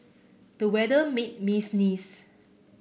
the weather made me sneeze